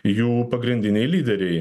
jų pagrindiniai lyderiai